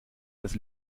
das